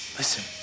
Listen